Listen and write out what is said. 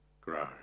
grow